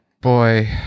Boy